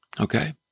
Okay